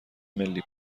ملی